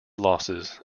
losses